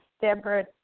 Deborah